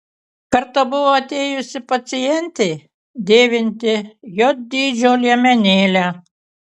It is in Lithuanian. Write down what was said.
kartą buvo atėjusi pacientė dėvinti j dydžio liemenėlę